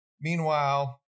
Meanwhile